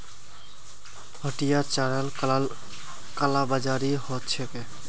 हटियात चारार कालाबाजारी ह छेक